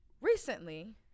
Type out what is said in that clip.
recently